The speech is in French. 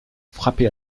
frappé